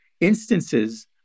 instances